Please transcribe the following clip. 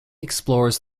explores